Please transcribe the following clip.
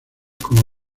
como